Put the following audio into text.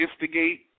instigate